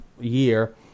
year